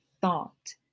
thought